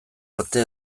arte